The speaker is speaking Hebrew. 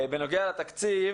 בנוגע לתקציב,